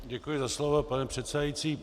Děkuji za slovo, pane předsedající.